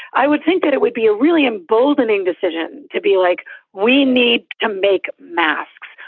i would think that it would be a really emboldening decision to be like we need to make masks,